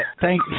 thank